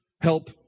help